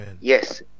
Yes